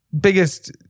biggest